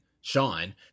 Sean